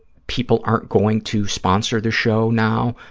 people aren't going to sponsor the show now,